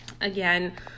Again